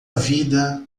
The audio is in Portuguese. vida